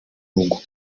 w’igihugu